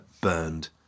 burned